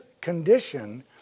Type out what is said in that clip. condition